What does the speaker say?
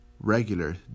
regular